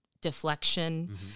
deflection